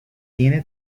tiene